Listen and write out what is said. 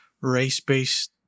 race-based